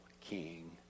king